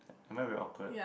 am I very awkward